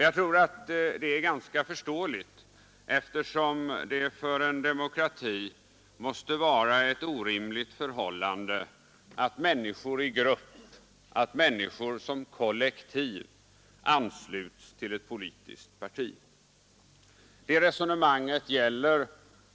Jag tror att det är ganska förståeligt, eftersom det för en demokrati måste vara ett orimligt förhållande att människor i grupp, människor som kollektiv, ansluts till ett politiskt parti. Det resonemanget gäller